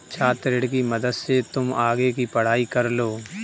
छात्र ऋण की मदद से तुम आगे की पढ़ाई कर लो